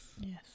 Yes